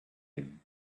him